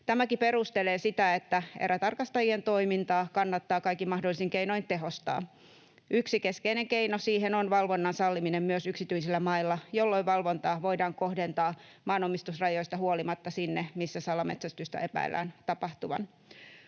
Tämäkin perustelee sitä, että erätarkastajien toimintaa kannattaa kaikin mahdollisin keinoin tehostaa. Yksi keskeinen keino siihen on valvonnan salliminen myös yksityisillä mailla, jolloin valvontaa voidaan kohdentaa maanomistusrajoista huolimatta sinne, missä salametsästystä epäillään tapahtuvan.